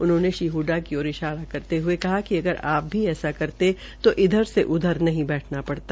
उन्होंने श्री हडडा की ओर इशारा करते हये कहा कि अगर आप भी ऐसा करते तो इधर से उधर नहीं बैठना पड़ता